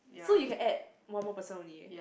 so you can add one more person only